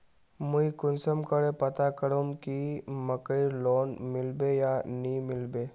मुई कुंसम करे पता करूम की मकईर लोन मिलबे या नी मिलबे?